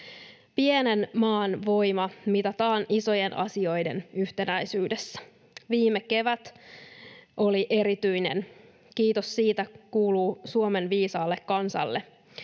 Pienen maan voima mitataan isojen asioiden yhtenäisyydessä. Viime kevät oli erityinen. Kiitos siitä kuuluu Suomen viisaalle kansalle.